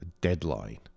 deadline